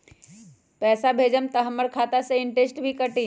पैसा भेजम त हमर खाता से इनटेशट भी कटी?